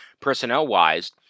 personnel-wise